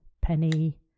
Penny